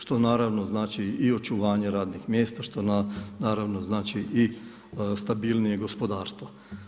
Što naravno znači i očuvanje radnih mjesta, što naravno znači i stabilnije gospodarstvo.